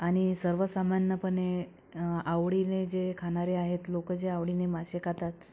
आणि सर्वसामान्यपणे आवडीने जे खाणारे आहेत लोक जे आवडीने मासे खातात